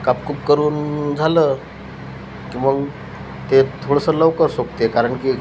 कापकुप करून झालं की मग ते थोडंसं लवकर सुकते कारण की